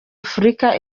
afurika